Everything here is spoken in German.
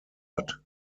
hat